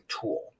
tool